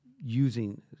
using